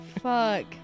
Fuck